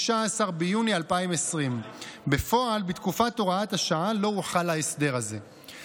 16 ביוני 2020. בפועל לא הוחל ההסדר הזה בתקופת הוראת השעה.